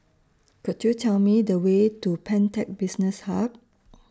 Could YOU Tell Me The Way to Pantech Business Hub